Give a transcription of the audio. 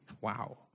Wow